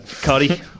Cardi